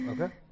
Okay